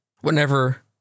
whenever